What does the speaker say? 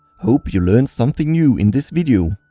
hope you learned something new in this video.